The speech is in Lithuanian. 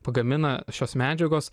pagamina šios medžiagos